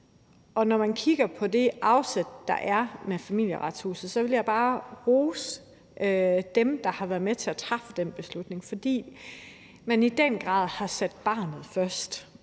Når man kigger på det afsæt, der er med Familieretshuset, så vil jeg bare rose dem, der har været med til at træffe den beslutning, fordi man i den grad har sat barnet først.